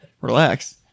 relax